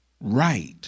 right